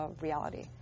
reality